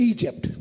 Egypt